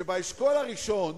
שבאשכול הראשון